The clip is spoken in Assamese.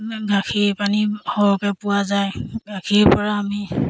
গাখীৰ পানী সৰহকৈ পোৱা যায় গাখীৰপৰা আমি